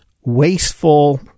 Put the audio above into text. wasteful